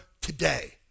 today